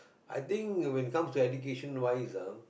I think you when it comes to education wise ah